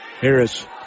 Harris